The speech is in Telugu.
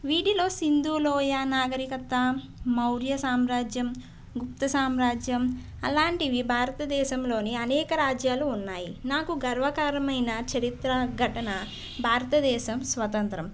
వీటిలో సింధూలోయ నాగరికత మౌర్య సామ్రాజ్యం గుప్త సామ్రాజ్యం అలాంటివి భారత దేశంలోని అనేక రాజ్యాలు ఉన్నాయి నాకు గర్వకారమైన చరిత్ర ఘటన భారతదేశం స్వతంత్రం